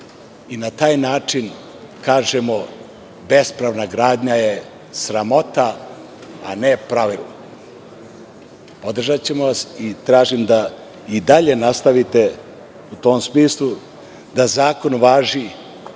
i na taj način kažemo bespravna gradnja je sramota, a ne pravilo. Podržaćemo vas i tražimo da i dalje nastavite u tom smislu, da zakon važi